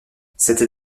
cette